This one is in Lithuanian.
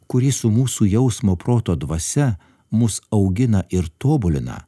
kuri su mūsų jausmo proto dvasia mus augina ir tobulina